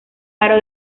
aro